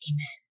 Amen